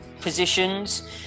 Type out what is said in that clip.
positions